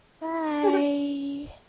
Bye